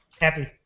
Happy